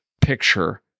picture